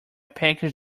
package